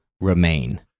remain